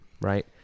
right